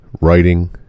writing